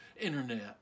internet